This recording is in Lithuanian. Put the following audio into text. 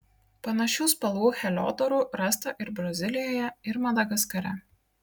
panašių spalvų heliodorų rasta ir brazilijoje ir madagaskare